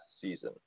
season